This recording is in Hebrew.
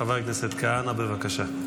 חבר הכנסת כהנא, בבקשה.